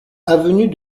avenue